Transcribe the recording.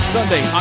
Sunday